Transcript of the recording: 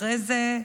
אחרי זה,